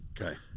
Okay